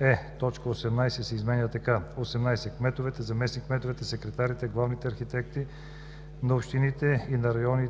18 се изменя така: „18. кметовете, заместник-кметовете, секретарите, главните архитекти на общини и на райони